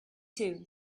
too